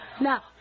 Now